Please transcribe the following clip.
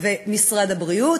ואת משרד הבריאות,